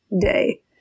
day